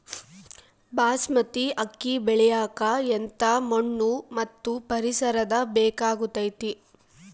ಬಾಸ್ಮತಿ ಅಕ್ಕಿ ಬೆಳಿಯಕ ಎಂಥ ಮಣ್ಣು ಮತ್ತು ಪರಿಸರದ ಬೇಕಾಗುತೈತೆ?